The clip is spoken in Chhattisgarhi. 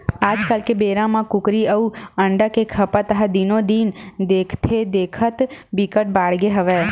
आजकाल के बेरा म कुकरी अउ अंडा के खपत ह दिनो दिन देखथे देखत बिकट बाड़गे हवय